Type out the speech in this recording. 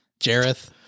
Jareth